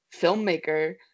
filmmaker